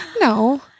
No